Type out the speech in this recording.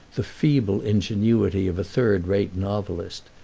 the feeble ingenuity of a third-rate novelist,